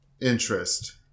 interest